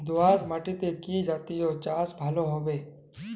দোয়াশ মাটিতে কি জাতীয় চাষ ভালো হবে?